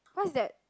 what's that